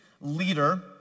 leader